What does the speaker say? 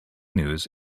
news